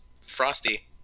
frosty